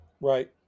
Right